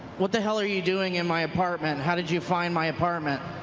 what the hell are you doing in my apartment? how did you find my apartment?